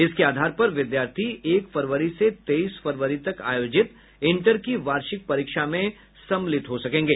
इसके आधार पर विद्यार्थी एक फरवरी से तेईस फरवरी तक आयोजित इंटर की वार्षिक परीक्षा में शामिल होंगे